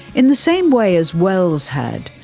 in the same way as wells had,